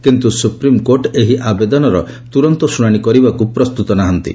କିନ୍ତୁ ସୁପ୍ରିମକୋର୍ଟ ଏହି ଆବେଦନର ତୁରନ୍ତ ଶୁଣାଣି କରିବାକୁ ପ୍ରସ୍ତୁତ ନାହାନ୍ତି